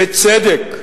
בצדק,